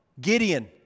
Gideon